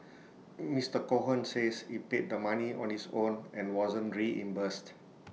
Mister Cohen says he paid the money on his own and wasn't reimbursed